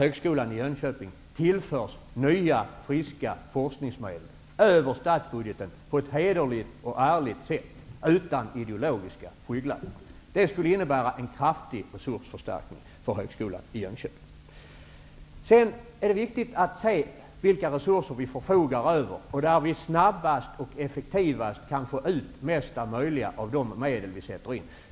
Högskolan i Jönköping tillförs nya friska forskningsmedel över statsbudgeten, på ett hederligt och ärligt sätt, utan ideologiska skygglappar. Det skulle innebära en kraftig resursförstärkning för Högskolan i Jönköping. Det är viktigt att se vilka resurser vi förfogar över och var vi snabbast och effektivast kan få ut det mesta möjliga av de medel vi sätter in.